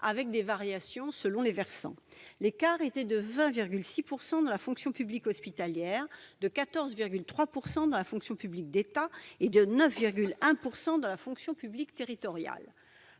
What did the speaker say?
avec des variations entre les versants. L'écart était de 20,6 % dans la fonction publique hospitalière, de 14,3 % dans la fonction publique de l'État et de 9,1 % dans la fonction publique territoriale.